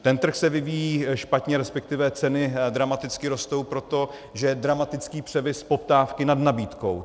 Ten trh se vyvíjí špatně, resp. ceny dramaticky rostou, protože je dramatický převis poptávky nad nabídkou.